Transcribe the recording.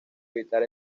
evitar